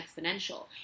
exponential